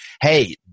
hey